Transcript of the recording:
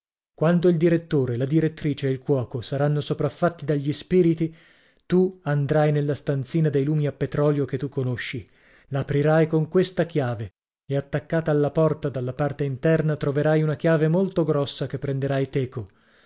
quando il direttore la direttrice e il cuoco saranno sopraffatti dagli spiriti tu andrai nella stanzina dei lumi a petrolio che tu conosci l'aprirai con questa chiave e attaccata alla porta dalla parte interna troverai una chiave molto grossa che prenderai teco